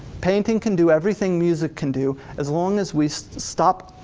painting can do everything music can do, as long as we stop